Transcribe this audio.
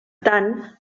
tant